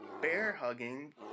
bear-hugging